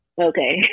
okay